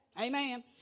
Amen